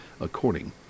according